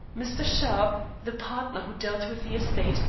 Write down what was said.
mr. sharp, the partner who dealt with the estate,